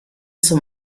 zum